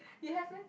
you have meh